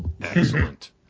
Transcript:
Excellent